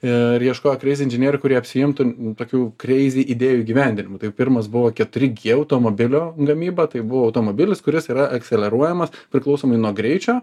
ir ieškojo kreizi inžinierių kurie apsiimtų tokių kreizi idėjų įgyvendinimu tai pirmas buvo keturi g automobilio gamyba tai buvo automobilis kuris yra ekseleruojamas priklausomai nuo greičio